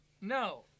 No